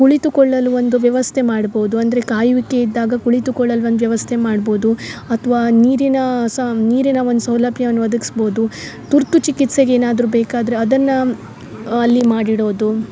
ಕುಳಿತುಕೊಳ್ಳಲು ಒಂದು ವ್ಯವಸ್ಥೆ ಮಾಡ್ಬೋದು ಅಂದರೆ ಕಾಯುವಿಕೆ ಇದ್ದಾಗ ಕುಳಿತುಕೊಳ್ಳಲು ಒಂದು ವ್ಯವಸ್ಥೆ ಮಾಡ್ಬೋದು ಅಥ್ವಾ ನೀರಿನ ಸಾ ನೀರಿನ ಒಂದು ಸೌಲಭ್ಯವನ್ನ ಒದಗ್ಸ್ಬೋದು ತುರ್ತು ಚಿಕಿತ್ಸೆಗೆ ಏನಾದರು ಬೇಕಾದರೆ ಅದನ್ನ ಅಲ್ಲಿ ಮಾಡಿಡೋದು